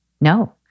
no